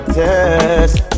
test